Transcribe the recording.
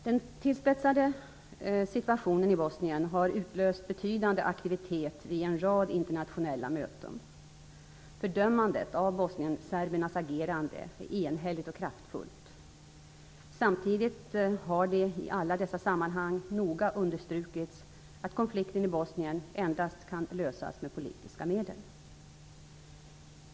Den tillspetsade situationen i Bosnien har utlöst betydande aktivitet vid en rad internationella möten. Fördömandet av bosnienserbernas agerande är enhälligt och kraftfullt. Samtidigt har det i alla dessa sammanhang noga understrukits att konflikten i Bosnien endast kan lösas med politiska medel.